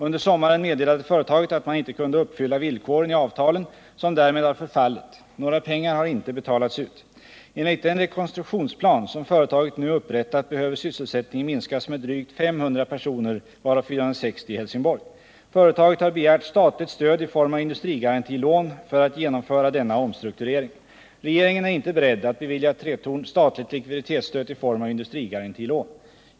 Under sommaren meddelade företaget att man inte kunde uppfylla villkoren i avtalen, som därmed har förfallit. Några pengar har inte betalats ut. Enligt den rekonstruktionsplan som företaget nu upprättat behöver sysselsättningen minskas med drygt 500 personer, varav 460 i Helsingborg. Företaget har begärt statligt stöd i form av industrigarantilån för att genomföra denna omstrukturering. Regeringen är inte beredd att bevilja Tretorn statligt likviditetsstöd i form av industrigarantilån.